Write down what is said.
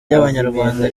ry’abanyarwanda